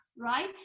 right